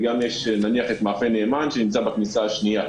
יש גם את מאפה נאמן שהוא בכניסה השנייה.